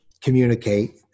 communicate